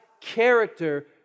character